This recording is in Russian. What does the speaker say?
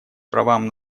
правам